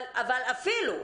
אבל אפילו,